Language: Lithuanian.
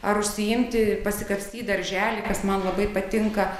ar užsiimti pasikapstyt daržely kas man labai patinka